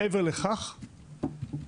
מעבר לכך,